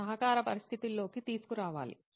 ఒక సహకార పరిస్థితిలోకి తీసుకురావాలి